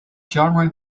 genre